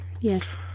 Yes